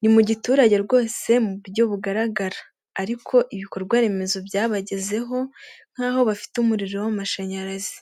Ni mu giturage rwose mu buryo bugaragara. Ariko ibikorwaremezo byabagezeho nk'aho bafite umuriro w'amashanyarazi.